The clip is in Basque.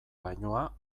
lainoa